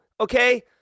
okay